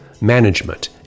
management